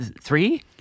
Three